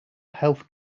health